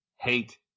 hate